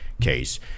case